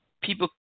people